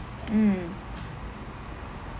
mm